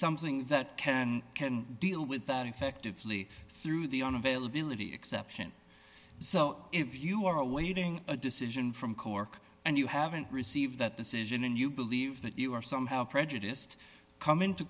something that can and can deal with that effectively through the on availability exception so if you are awaiting a decision from cork and you haven't received that decision and you believe that you are somehow prejudiced come into